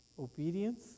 Obedience